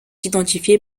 identifiées